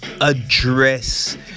address